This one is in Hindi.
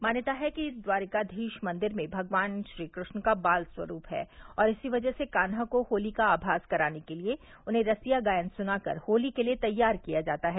मान्यता है कि द्वारिकाधीश मंदिर में भगवान श्रीकृष्ण का बाल स्वरूप है और इसी वजह से कान्हा को होली का आभास कराने के लिए उन्हें रसिया गायन सुना कर होली के लिए तैयार किया जाता है